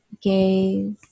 gaze